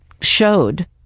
showed